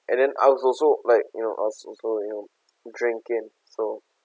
and then I was also like you know I was also you know drinking so